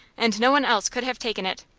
and no one else could have taken it.